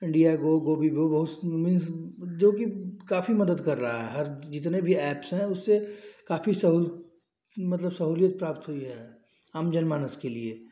India go go भी go बहुत जोकि काफी मदद कर रहा है हर जितने भी एप्स हैं उससे काफ़ी सहू मतलब सहूलियत प्राप्त हुई है आम जनमानस के लिए